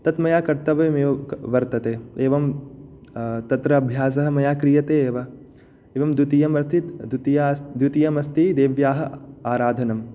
तत् मया कर्तव्यमेव वर्तते एवं तत्र अभ्यासः मया क्रियते एव एवं द्वितीयं वर्ति द्वितीया अस् द्वितीयम् अस्ति देव्याः आराधनं